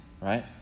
right